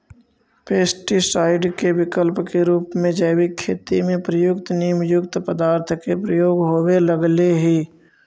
pesticide के विकल्प के रूप में जैविक खेती में प्रयुक्त नीमयुक्त पदार्थ के प्रयोग होवे लगले हि